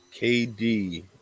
KD